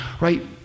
right